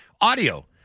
Audio